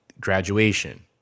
graduation